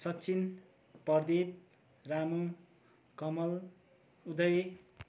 Sachin Pradeep Ramu Kamal Uday